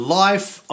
life